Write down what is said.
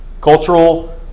cultural